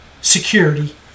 security